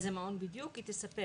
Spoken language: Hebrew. איזה מעון בדיוק היא תספר.